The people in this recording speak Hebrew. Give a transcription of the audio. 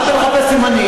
מה אתה מחפש סימנים?